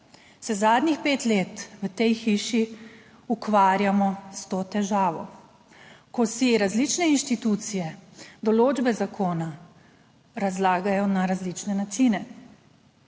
se zadnjih pet let v tej hiši ukvarjamo s to težavo, ko si različne inštitucije določbe zakona razlagajo na različne načine.